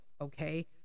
okay